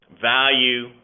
value